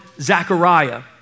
Zechariah